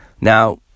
now